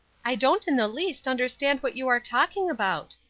i don't in the least understand what you are talking about,